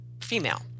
female